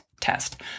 test